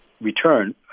return